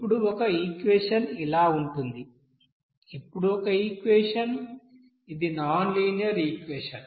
ఇక్కడ ఒక ఈక్వెషన్ ఇలా ఉంటుంది ఇక్కడ ఒక ఈక్వెషన్ ఇది నాన్ లీనియర్ ఈక్వెషన్